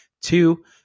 two